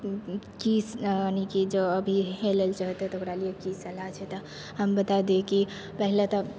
कि नीक जे अभी हेलैलए चाहतै तऽ ओकरा लिए कि सलाह छै तऽ हम बता दी कि पहिले तऽ